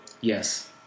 Yes